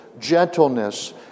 gentleness